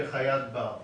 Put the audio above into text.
כחיית בר.